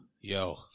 Yo